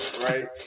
right